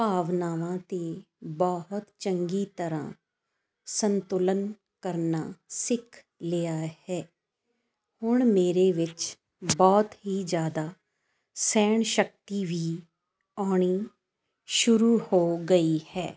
ਭਾਵਨਾਵਾਂ 'ਤੇ ਬਹੁਤ ਚੰਗੀ ਤਰ੍ਹਾਂ ਸੰਤੁਲਨ ਕਰਨਾ ਸਿੱਖ ਲਿਆ ਹੈ ਹੁਣ ਮੇਰੇ ਵਿੱਚ ਬਹੁਤ ਹੀ ਜ਼ਿਆਦਾ ਸਹਿਣ ਸ਼ਕਤੀ ਵੀ ਆਉਣੀ ਸ਼ੁਰੂ ਹੋ ਗਈ ਹੈ